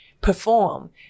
perform